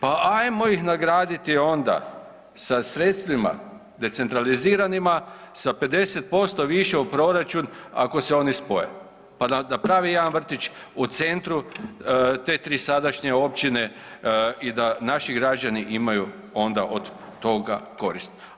Pa hajmo ih nagraditi onda sa sredstvima decentraliziranima sa 50% više u proračun ako se oni spoje pa da naprave jedan vrtić u centru te tri sadašnje općine i da naši građani imaju onda od toga koristi.